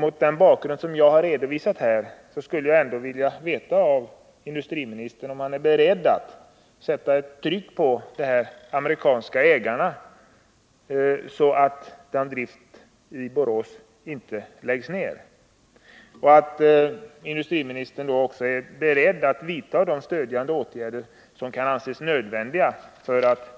Mot den bakgrund som jag har redovisat här skulle jag ändå vilja veta om industriministern är beredd att sätta ett tryck på de amerikanska ägarna, så att någon tillverkning i Borås inte läggs ner, och om industriministern då också är beredd att vidta de stödjande åtgärder som kan anses nödvändiga för att